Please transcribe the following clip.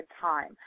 time